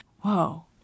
Whoa